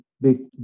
big